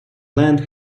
land